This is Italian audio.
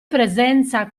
presenza